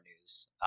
news